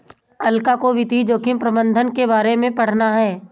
अलका को वित्तीय जोखिम प्रबंधन के बारे में पढ़ना है